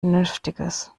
vernünftiges